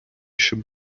щоб